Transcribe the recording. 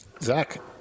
Zach